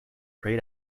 prey